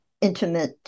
intimate